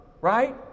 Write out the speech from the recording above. right